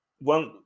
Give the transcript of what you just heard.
one